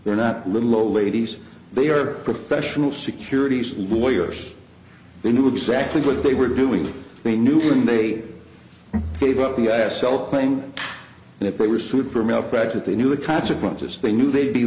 they're not little old ladies they are professional securities and voyeurs they knew exactly what they were doing they knew when they gave up the s l claim and if they were sued for malpractise they knew the consequences they knew they'd be